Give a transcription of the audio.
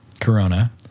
Corona